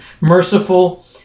Merciful